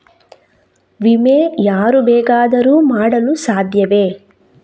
ವಿಮೆ ಯಾರು ಬೇಕಾದರೂ ಮಾಡಲು ಸಾಧ್ಯವೇ?